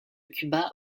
cuba